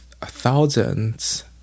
thousands